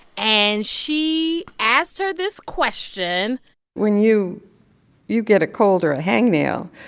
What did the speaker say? and she asked her this question when you you get a cold or a hangnail,